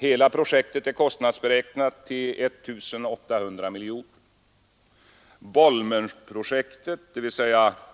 Hela projektet är kostnadsberäknat till I 800 miljoner kronor. Bolmenprojektet, dvs.